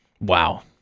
Wow